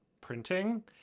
printing